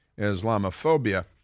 Islamophobia